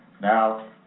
Now